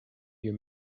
you